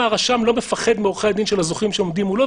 הרשם לא מפחד מעורכי הדין של הזוכים שעומדים מולו.